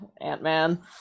Ant-Man